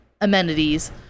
amenities